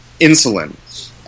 insulin